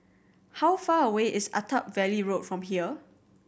how far away is Attap Valley Road from here